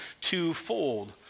twofold